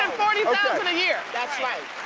forty thousand a year. that's right.